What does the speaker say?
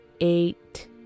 eight